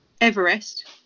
everest